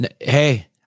Hey